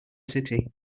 city